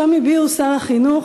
שם הביעו שר החינוך,